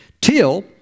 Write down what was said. till